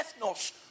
ethnos